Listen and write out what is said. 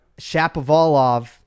Shapovalov